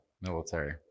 military